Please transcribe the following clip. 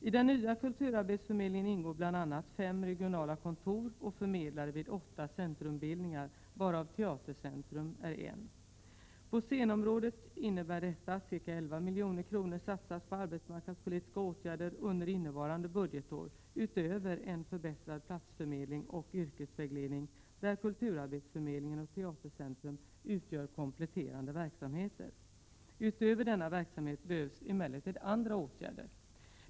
I den nya kulturarbetsförmedlingen ingår bl.a. fem regionala kontor och förmedlare vid åtta Centrumbildningar, varav Teatercentrum är en. På scenområdet innebär detta att ca 11 milj.kr. satsas på arbetsmarknadspolitiska åtgärder under innevarande budgetår, utöver en förbättrad platsförmedling och yrkesvägledning där kulturarbetsförmedlingen och Teatercentrum utgör kompletterande verksamheter. Utöver denna verksamhet behövs emellertid andra åtgärder.